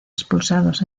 expulsados